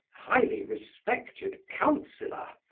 highly respected councillor,